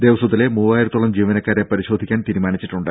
ദേവസ്വത്തിലെ മൂവായിരത്തോളം ജീവനക്കാരെ പരിശോധിക്കാൻ തീരുമാനിച്ചിട്ടുണ്ട്